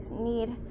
need